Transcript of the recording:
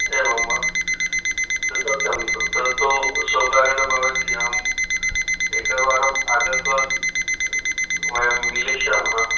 एवं वा अस्तु सत्यं तत्तु स्वकारणेन भवति अहम् एकवारम् आगतवान् वयं मेलिष्यामः